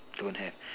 don't have